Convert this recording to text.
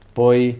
poi